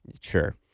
sure